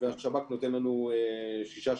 והשב"כ נותן לנו שישה,